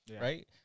right